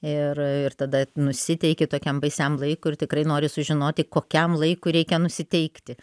ir ir tada nusiteiki tokiam baisiam laikui ir tikrai nori sužinoti kokiam laikui reikia nusiteikti